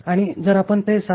आणि जर आपण ते 7